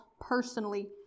personally